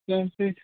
traffic